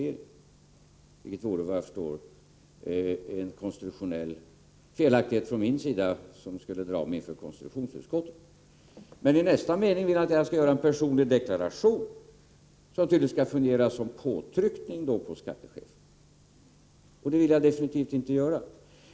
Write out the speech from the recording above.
Ett sådant ingripande vore, efter vad jag förstår, en konstitutionell felaktighet från min sida, som skulle dra mig inför konstitutionsutskottet. Men i nästa mening vill Bertil Danielsson att jag skall göra en personlig deklaration, som då tydligen skall fungera som påtryckning på skattecheferna. Det vill jag absolut inte göra.